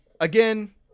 Again